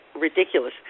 ridiculous